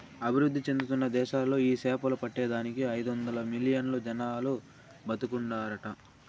అభివృద్ధి చెందుతున్న దేశాలలో ఈ సేపలు పట్టే దానికి ఐదొందలు మిలియన్లు జనాలు బతుకుతాండారట